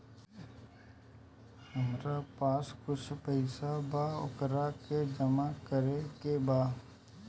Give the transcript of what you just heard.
हमरा पास कुछ पईसा बा वोकरा के जमा करे के बा?